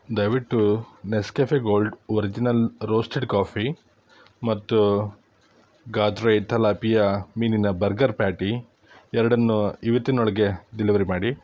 ದಯವಿಟ್ಟು Nescafe gold original roasted coffee ಮತ್ತು Godrej tilapia ಮೀನಿನ ಬರ್ಗರ್ ಪ್ಯಾಟಿ ಎರಡನ್ನೂ ಇವತ್ತಿನೊಳಗೆ ಡೆಲಿವರಿ ಮಾಡಿ